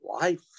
life